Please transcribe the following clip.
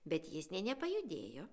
bet jis nė nepajudėjo